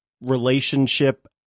relationship